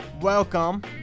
Welcome